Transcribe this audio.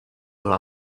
will